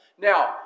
Now